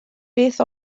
beth